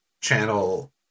Channel